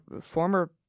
former